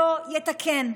לא יתקן.